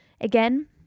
Again